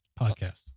Podcast